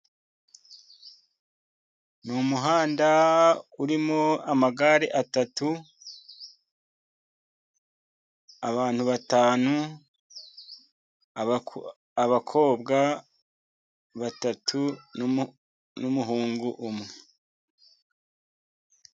Ni umuhanda urimo amagare atatu ,abantu batanu, abakobwa batatu, n'umuhungu umwe.